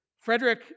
Frederick